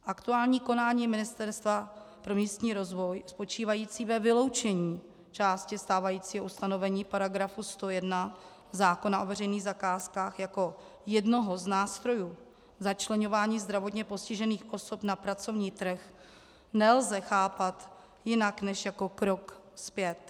Aktuální konání Ministerstva pro místní rozvoj spočívající ve vyloučení části stávajícího stanovení § 101 zákona o veřejných zakázkách jako jednoho z nástrojů začleňování zdravotně postižených osob na pracovní trh nelze chápat jinak než jako krok zpět.